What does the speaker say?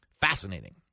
Fascinating